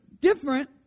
different